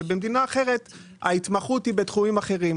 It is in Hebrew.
ובמדינה אחרת ההתמחות היא בתחומים אחרים.